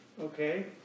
okay